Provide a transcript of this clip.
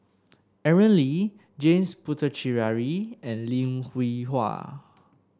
Aaron Lee James Puthucheary and Lim Hwee Hua